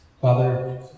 Father